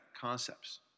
concepts